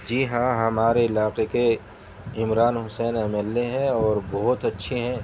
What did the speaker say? جی ہاں ہمارے علاقے کے Imran Hussain M L A ہیں اور بہت اچھے ہیں